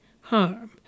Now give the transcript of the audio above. harm